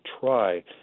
try